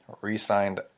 re-signed